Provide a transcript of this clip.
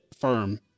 firm